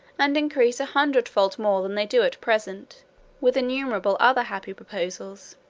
and increase a hundred fold more than they do at present with innumerable other happy proposals.